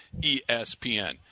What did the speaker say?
ESPN